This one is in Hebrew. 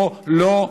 לא, לא,